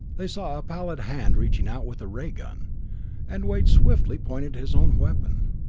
they saw a pallid hand reaching out with a ray gun and wade swiftly pointed his own weapon.